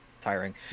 tiring